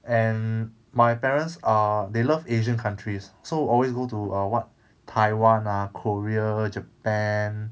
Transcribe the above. and my parents are they love asian countries so always go to err what taiwan ah korea japan